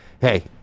Hey